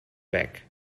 back